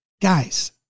guys